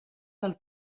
del